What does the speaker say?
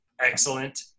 excellent